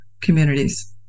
communities